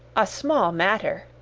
a small matter,